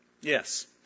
Yes